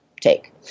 take